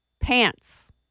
pants